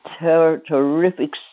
terrific